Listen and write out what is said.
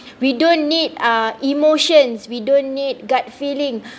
we don't need uh emotions we don't need gut feeling